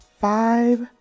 five